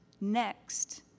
next